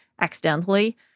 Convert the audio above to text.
accidentally